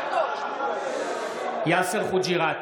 בעד יאסר חוג'יראת,